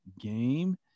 game